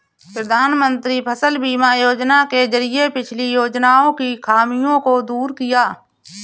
प्रधानमंत्री फसल बीमा योजना के जरिये पिछली योजनाओं की खामियों को दूर किया